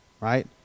right